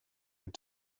and